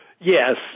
Yes